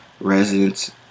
residents